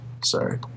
sorry